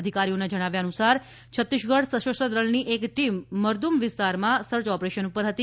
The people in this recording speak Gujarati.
અધિકારીઓના જણાવ્યા અનુસાર છત્તીસગઢ સશસ્ત્ર દળની એક ટીમ મરદૂમ વિસ્તારમાં સર્ચ ઓપરેશન પર હતી